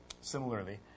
Similarly